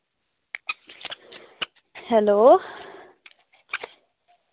hello